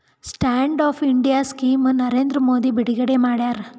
stand up India scheme Narendra Modi ಬಿಡುಗಡೆ ಮಾಡ್ಯಾರ